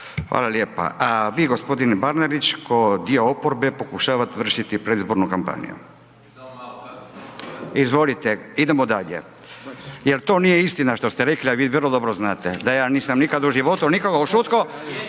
Hvala lijepa. A vi gospodine Bernardić kao dio oporbe pokušavate vršiti predizbornu kampanju. .../Upadica se ne čuje./... Izvolite, idemo dalje, jer to nije istina što ste rekli a vi vrlo dobro znate da ja nisam nikad u životu nikoga ušutkao